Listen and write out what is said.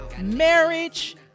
marriage